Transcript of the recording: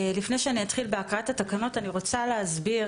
לפני שאני אתחיל בהקראת התקנות אני רוצה להסביר